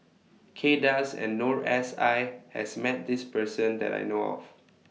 Kay Das and Noor S I has Met This Person that I know of